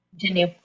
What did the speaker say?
Continue